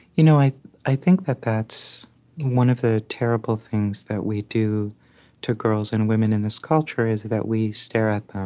you know i i think that that's one of the terrible things that we do to girls and women in this culture is that we stare at them.